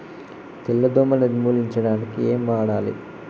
తెల్ల దోమ నిర్ములించడానికి ఏం వాడాలి?